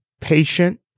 patient